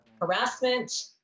harassment